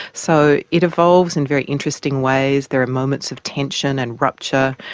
so it evolves in very interesting ways. there are moments of tension and rupture,